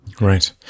Right